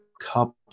couple